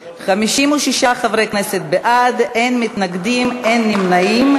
56 חברי כנסת בעד, אין מתנגדים, אין נמנעים.